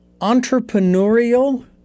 entrepreneurial